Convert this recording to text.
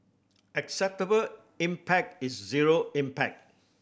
acceptable impact is zero impact